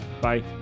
Bye